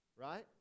right